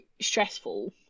stressful